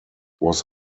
was